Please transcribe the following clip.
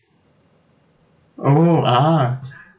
oh ah